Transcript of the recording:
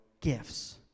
gifts